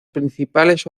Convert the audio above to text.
principales